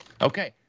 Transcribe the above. Okay